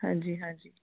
ਹਾਂਜੀ ਹਾਂਜੀ